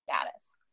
status